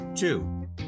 Two